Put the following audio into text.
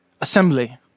assembly